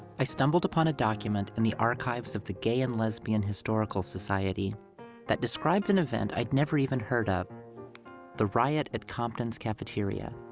i stumbled upon a document in the archives of the gay and lesbian historical society that described an event i'd never even heard of the riot at compton's cafeteria.